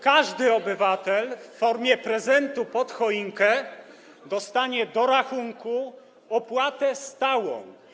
Każdy obywatel w formie prezentu pod choinkę dostanie do rachunku opłatę stałą.